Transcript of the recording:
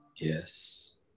Yes